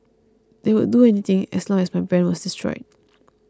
they would do anything as long as my brand was destroyed